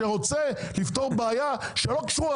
שרוצה לפתור בעיה שלא קשורה